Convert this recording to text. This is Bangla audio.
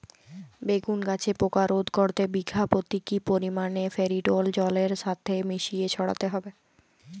বেগুন গাছে পোকা রোধ করতে বিঘা পতি কি পরিমাণে ফেরিডোল জলের সাথে মিশিয়ে ছড়াতে হবে?